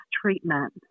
treatment